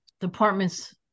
departments